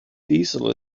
diesel